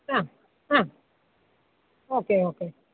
ആ ആ okay okay